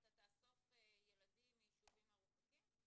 אתה תאסוף ילדים מיישובים מרוחקים?